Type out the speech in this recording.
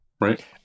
Right